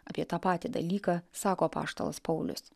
apie tą patį dalyką sako apaštalas paulius